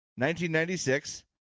1996